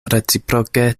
reciproke